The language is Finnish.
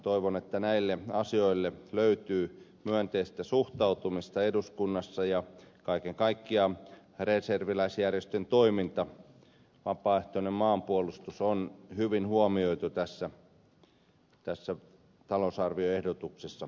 toivon että näille asioille löytyy myönteistä suhtautumista eduskunnassa ja kaiken kaikkiaan reserviläisjärjestön toiminta vapaaehtoinen maanpuolustus on hyvin huomioitu tässä talousarvioehdotuksessa